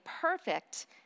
perfect